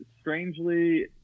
strangely